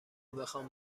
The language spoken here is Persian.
بخوام